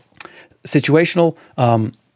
Situational